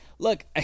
Look